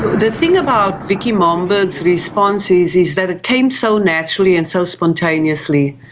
the thing about vicky momberg's response is is that it came so naturally and so spontaneously.